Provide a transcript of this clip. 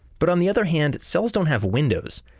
but on the other hand, cells don't have windows.